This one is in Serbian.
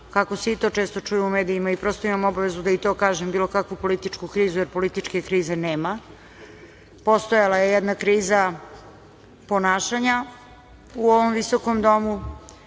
kako se to često čuje u medijima i to imam obavezu da to kažem, bilo kakvu političku krizu, jer političke krize nema. Postojala je jedna kriza ponašanja u ovom visokom